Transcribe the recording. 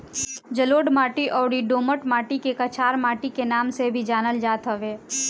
जलोढ़ माटी अउरी दोमट माटी के कछार माटी के नाम से भी जानल जात हवे